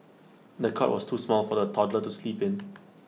the cot was too small for the toddler to sleep in